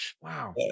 wow